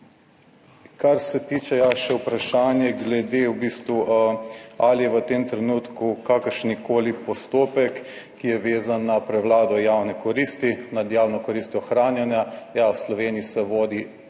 Kar se tiče, še vprašanje glede v bistvu, ali je v tem trenutku kakršenkoli postopek, ki je vezan na prevlado javne koristi, nad javno koristjo ohranjanja? Ja, v Sloveniji se vodi prvi